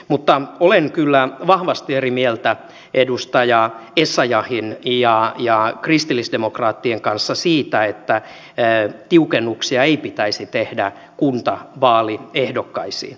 mutta olen kyllä vahvasti eri mieltä edustaja essayahin ja kristillisdemokraattien kanssa siitä että tiukennuksia ei pitäisi tehdä kuntavaaliehdokkaisiin